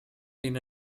been